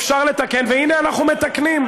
אפשר לתקן, והנה, אנחנו מתקנים.